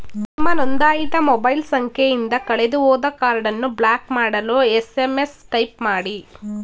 ನಿಮ್ಮ ನೊಂದಾಯಿತ ಮೊಬೈಲ್ ಸಂಖ್ಯೆಯಿಂದ ಕಳೆದುಹೋದ ಕಾರ್ಡನ್ನು ಬ್ಲಾಕ್ ಮಾಡಲು ಎಸ್.ಎಂ.ಎಸ್ ಟೈಪ್ ಮಾಡಿ